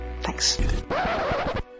Thanks